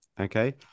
Okay